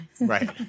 Right